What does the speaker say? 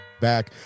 back